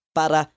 para